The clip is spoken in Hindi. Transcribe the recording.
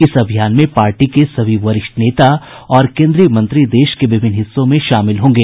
इस अभियान में पार्टी के सभी वरिष्ठ नेता और केन्द्रीय मंत्री देश के विभिन्न हिस्सों में शामिल होंगे